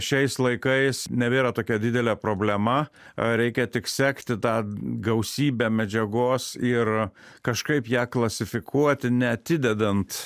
šiais laikais nebėra tokia didelė problema reikia tik sekti tą gausybę medžiagos ir kažkaip ją klasifikuoti neatidedant